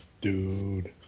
dude